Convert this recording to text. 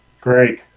Great